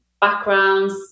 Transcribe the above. backgrounds